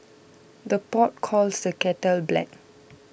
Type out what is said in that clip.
the pot calls the kettle black